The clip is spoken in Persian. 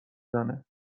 زنه